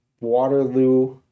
Waterloo